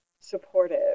supportive